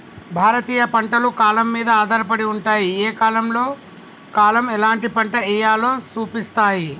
భారతీయ పంటలు కాలం మీద ఆధారపడి ఉంటాయి, ఏ కాలంలో కాలం ఎలాంటి పంట ఎయ్యాలో సూపిస్తాయి